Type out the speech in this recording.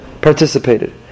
participated